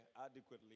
adequately